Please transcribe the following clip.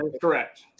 correct